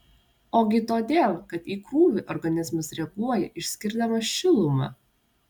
ogi todėl kad į krūvį organizmas reaguoja išskirdamas šilumą